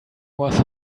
was